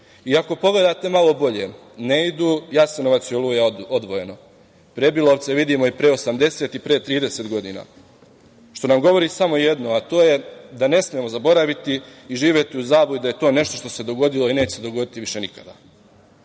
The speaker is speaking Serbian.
Ako pogledate malo bolje, ne idu Jasenovac i „Oluja“ odvojeno. Prebilovce vidimo i pre 80 i pre 30 godina, što nam govori samo jedno, a to je da ne smemo zaboraviti i živeti u zabludi, da je to nešto što se dogodilo i neće se dogoditi više nikada,